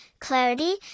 clarity